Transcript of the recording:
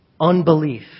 unbelief